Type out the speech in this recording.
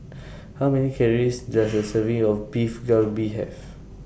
How Many Calories Does A Serving of Beef Galbi Have